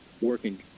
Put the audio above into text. working